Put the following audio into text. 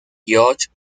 josh